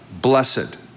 blessed